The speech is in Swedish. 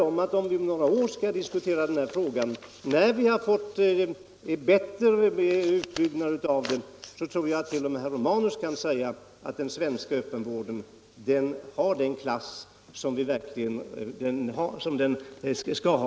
Om vi om några år när utbyggnaden hunnit längre skall diskutera den här frågan tror jag att till och med herr Romanus kan säga att den svenska öppenvården har den klass som den skall ha.